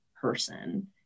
person